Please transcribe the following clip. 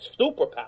superpower